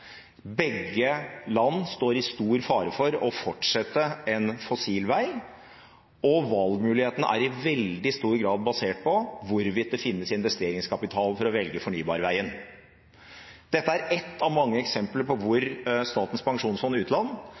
begge land står i stor fare for å fortsette en fossil vei og valgmulighetene er i veldig stor grad basert på hvorvidt det finnes investeringskapital for å velge fornybarveien. Dette er ett av mange eksempler hvor Statens pensjonsfond utland